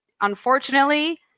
unfortunately